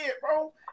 bro